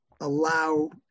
allow